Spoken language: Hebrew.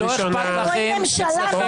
אנשים --- בגללכם, רואים ממשלה נוראית.